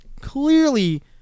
clearly